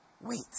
wait